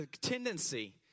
tendency